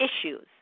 issues